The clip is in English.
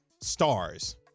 stars